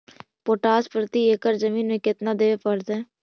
Potash प्रति एकड़ जमीन में केतना देबे पड़तै?